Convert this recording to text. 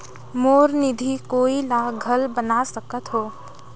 मोर निधि कोई ला घल बना सकत हो?